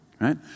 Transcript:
right